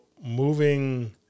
Moving